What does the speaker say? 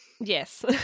yes